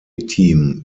team